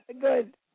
Good